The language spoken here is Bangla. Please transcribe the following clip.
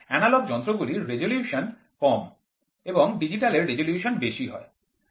এনালগ যন্ত্রগুলির রেজোলিউশন কম এবং ডিজিটাল এর রেজোলিউশন বেশি হয়